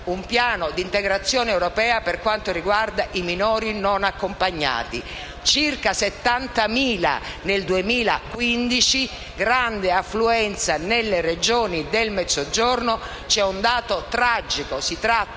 un piano di integrazione europea per quanto riguarda i minori non accompagnati: circa 70.000 nel 2015, con grande affluenza nelle Regioni del Mezzogiorno. C'è un dato tragico. Si tratta